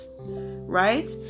right